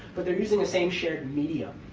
but they're using a same shared medium.